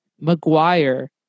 Maguire